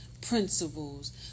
principles